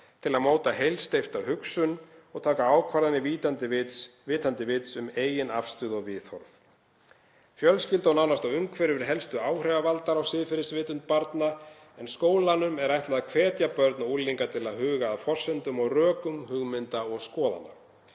til að móta heilsteypta hugsun og taka ákvarðanir vitandi vits um eigin afstöðu og viðhorf.“ Fjölskylda og nánasta umhverfi eru helstu áhrifavaldar á siðferðisvitund barna en skólanum er ætlað að hvetja börn og unglinga til að huga að forsendum og rökum hugmynda og skoðana.